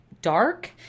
dark